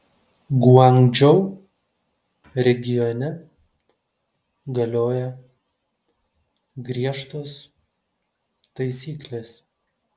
guangdžou regione galioja griežtos taisyklės